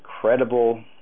credible